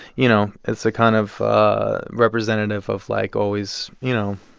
you know, it's a kind of ah representative of, like, always you know,